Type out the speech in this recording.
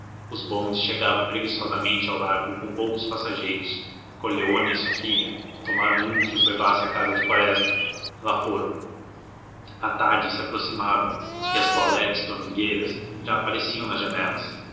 os bondes chegavam preguiçosamente ao largo com poucos passageiros coleoni e sua filha tomaram um que os levasse à casa de quaresma lá foram a tarde se aproximava e as toilettes domingueiras já apareciam nas janelas